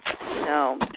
No